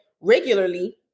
regularly